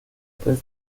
tres